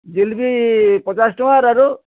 ଜିଲ୍ପି ପଚାଶ୍ ଟଙ୍ଗାର୍ ଆରୁ